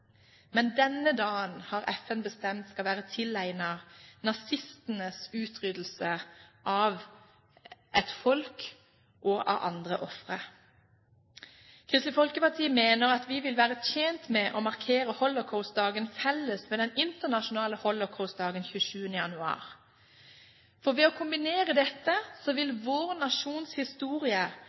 men denne dagen har FN bestemt skal være tilegnet nazistenes utryddelse av et folk og av andre ofre. Kristelig Folkeparti mener at vi vil være tjent med å markere holocaustdagen felles med den internasjonale holocaustdagen 27. januar. Ved å kombinere dette vil vår nasjons historie